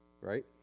Right